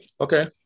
Okay